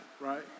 right